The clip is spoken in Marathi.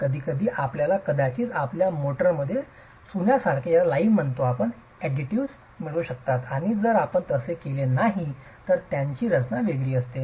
तर कधीकधी आपल्याला कदाचित आपल्या मोर्टारमध्ये चुनासारखे अडिटिव्ह्ज मिळवू शकतात आणि जर आपण तसे केले नाही तर त्यांची रचना वेगळी असते